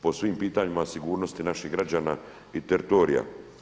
Po svim pitanjima sigurnosti naših građana i teritorija.